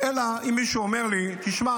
אלא אם כם מישהו אומר לי: תשמע,